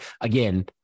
again